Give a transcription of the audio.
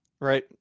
right